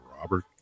Robert